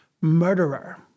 murderer